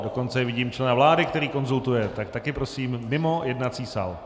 Dokonce vidím i člena vlády, který konzultuje, tak také prosím mimo jednací sál.